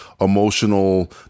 emotional